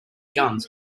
guns